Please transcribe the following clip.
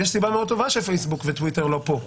יש סיבה מאוד טובה שפייסבוק וטוויטר לא פה.